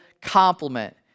compliment